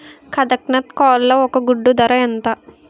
కదక్నత్ కోళ్ల ఒక గుడ్డు ధర ఎంత?